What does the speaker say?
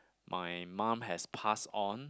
my mum has passed on